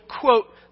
quote